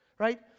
Right